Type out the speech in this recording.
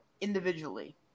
individually